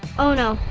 oh no,